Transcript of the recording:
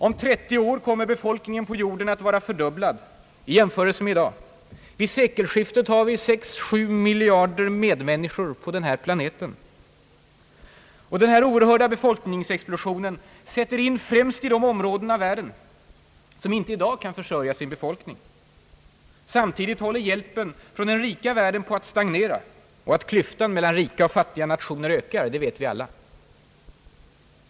Om 30 år kommer befolkningen på jorden att vara fördubblad jämfört med den nuvarande. Vid sekelskiftet kommer vi att ha sex å sju miljarder medmänniskor på den här planeten. Denna oerhörda befolkningsexplosion sätter in främst i de områden av världen som i dag inte kan försörja sin befolkning. Samtidigt håller hjälpen från den rika världen på att stagnera. Att klyftan mellan rika och fattiga ökar vet vi alla.